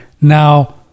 now